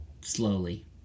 Slowly